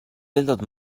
wildert